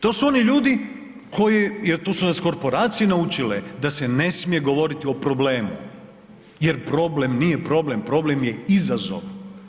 To su oni ljudi koji, je tu su nas korporacije naučile da se ne smije govoriti o problemu, jer problem nije problem, problem je izazov.